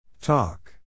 Talk